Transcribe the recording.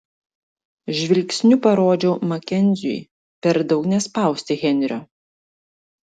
žvilgsniu parodžiau makenziui per daug nespausti henrio